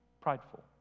prideful